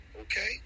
Okay